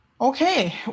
Okay